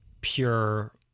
pure